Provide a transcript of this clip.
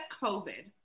COVID